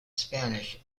spanish